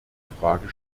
frage